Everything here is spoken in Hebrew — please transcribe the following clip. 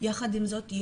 יחד עם זאת,